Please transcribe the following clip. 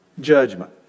judgment